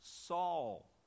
Saul